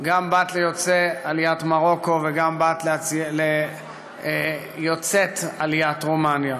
את גם בת ליוצא עליית מרוקו ואת גם בת ליוצאת עליית רומניה.